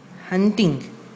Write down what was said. hunting